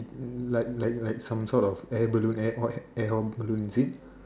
like like like some sort of air balloon air or air hot balloon is it